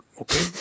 okay